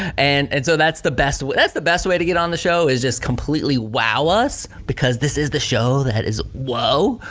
and and so that's the best way, that's the best way to get on the show is just completely wow us because this is the show that is whoa.